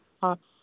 অঁ